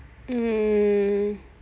mm